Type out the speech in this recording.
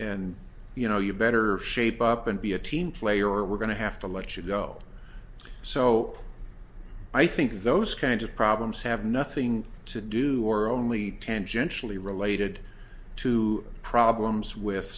and you know you better shape up and be a team player or we're going to have to let you go so i think those kinds of problems have nothing to do or only tangentially related to problems with